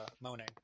moaning